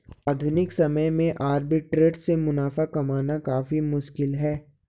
आधुनिक समय में आर्बिट्रेट से मुनाफा कमाना काफी मुश्किल है